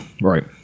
Right